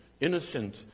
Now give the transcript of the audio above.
innocent